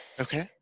Okay